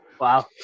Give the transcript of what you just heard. wow